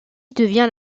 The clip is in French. devient